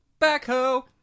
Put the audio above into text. backhoe